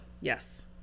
yes